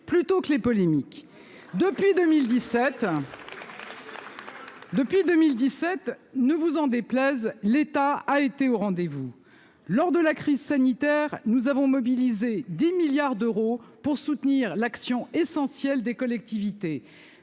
réalité aux polémiques. Depuis 2017, ne vous en déplaise, l'État a été au rendez-vous. Lors de la crise sanitaire, nous avons mobilisé 10 milliards d'euros pour soutenir l'action essentielle des collectivités.